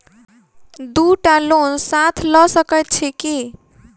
दु टा लोन साथ लऽ सकैत छी की?